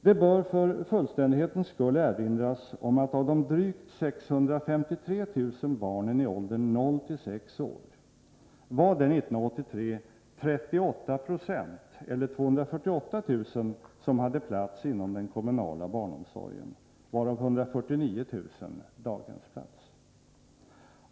Det bör för fullständighetens skull erinras om att av de drygt 653000 barnen i åldern 0-6 år var det 1983 38 26, eller 248 000, som hade plats inom den kommunala barnomsorgen, varav 149000 hade daghemsplats.